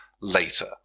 later